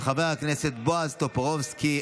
של חבר הכנסת בועז טופורובסקי.